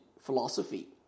philosophy